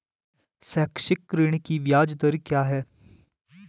शैक्षिक ऋण की ब्याज दर क्या है?